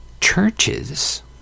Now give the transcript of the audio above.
Churches